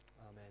Amen